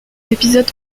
épisode